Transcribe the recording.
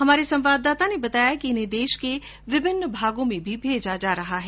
हमारे संवाददाता ने बताया कि इन्हें देश के विभिन्न भागों में भी भेजा जा रहा है